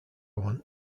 want